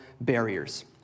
barriers